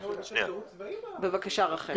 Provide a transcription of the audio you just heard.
בבקשה, רחל.